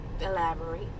Elaborate